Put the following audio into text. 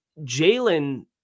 Jalen